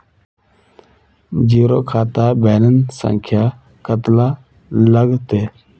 Zero खाता balance संख्या कतला लगते?